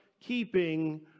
keeping